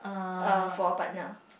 uh for a partner